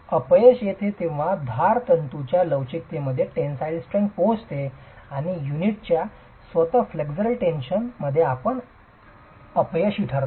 अपयश येते जेव्हा धार तंतूंच्या लवचिकते मध्ये टेनसाईल स्ट्रेंग्थ पोहोचते आणि युनिटच्या स्वतःच फ्लेक्सरल टेन्शन आपण अपयशी ठरता